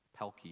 Pelkey